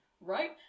right